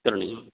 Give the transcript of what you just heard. करणीयम्